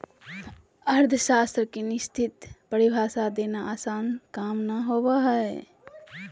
अर्थशास्त्र के निश्चित परिभाषा देना आसन काम नय होबो हइ